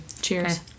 Cheers